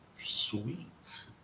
Sweet